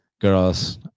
girls